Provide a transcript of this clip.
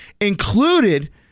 included